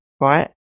right